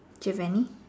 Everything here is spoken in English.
give any